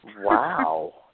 Wow